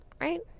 Right